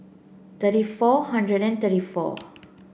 thirty four hundred and thirty four